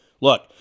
Look